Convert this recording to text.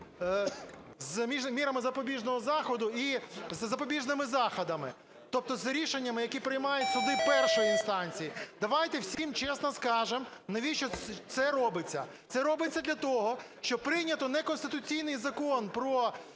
з мірами запобіжного заходу і запобіжними заходами. Тобто з рішеннями, які приймають суди першої інстанції. Давайте всім чесно скажемо, навіщо це робиться. Це робиться для того, що прийнято неконституційний Закон про